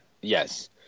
Yes